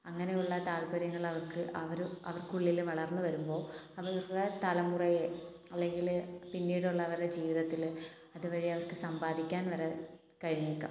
അങ്ങനെയുള്ള താൽപര്യങ്ങൾ അവർക്ക് അവർ അവർക്കുള്ളിൽ വളർന്നു വരുമ്പോൾ അവരുടെ തലമുറയെ അല്ലെങ്കിൽ പിന്നീടുള്ള അവരുടെ ജീവിതത്തിൽ അത് വഴി അവർക്ക് സമ്പാദിക്കാൻ വരെ കഴിഞ്ഞേക്കാം